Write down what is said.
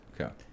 okay